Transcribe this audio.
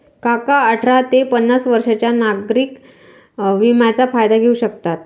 काका अठरा ते पन्नास वर्षांच्या नागरिक विम्याचा फायदा घेऊ शकतात